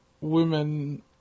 women